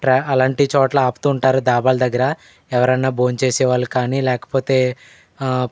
ట్రా అలాంటి చోట్ల ఆపుతూ ఉంటారు డాబాల దగ్గర ఎవరన్నా భోంచేసేవాళ్ళు కానీ లేకపోతే